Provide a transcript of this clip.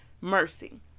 mercy